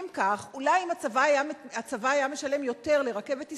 אולי אם הצבא היה משלם יותר ל"רכבת ישראל"